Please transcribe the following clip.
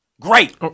Great